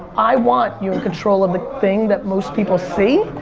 i want your control and the thing that most people see